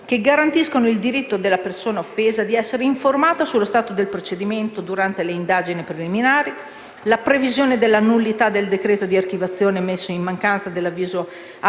che garantiscono il diritto della persona offesa di essere informata sullo stato del procedimento durante le indagini preliminari, nonché la previsione della nullità del decreto di archiviazione emesso in mancanza dell'avviso alla